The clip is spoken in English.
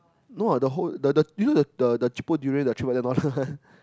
no what the whole the the you know the the cheapo durian the one